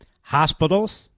hospitals